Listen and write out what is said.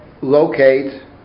locate